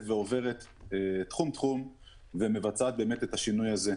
ועוברת תחום תחום ומבצעת באמת את השינוי הזה.